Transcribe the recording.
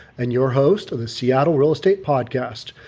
and your host of the seattle real estate podcast.